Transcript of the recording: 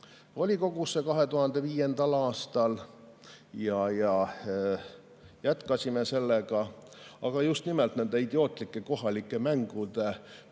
volikogusse, 2005. aastal, ja jätkasime sellega. Aga just nimelt nende idiootlike kohalike mängude